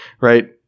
right